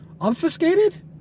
Obfuscated